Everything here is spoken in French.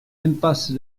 impasse